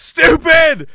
Stupid